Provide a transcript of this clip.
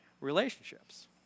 relationships